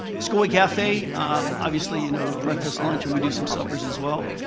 school way cafe obviously you know breakfast, lunch and we do some suppers as well.